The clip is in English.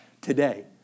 today